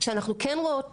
שאנחנו כן רואות תנועה,